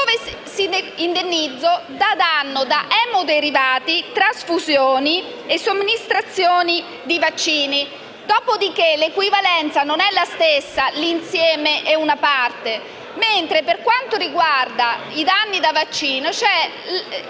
all'indennizzo per danno da emoderivati, trasfusioni e somministrazioni di vaccini. Dopo di che, l'equivalenza non è la stessa, tra l'insieme e una parte. Mentre, per quanto riguarda i danni da vaccini, è